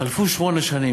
חלפו שמונה שנים,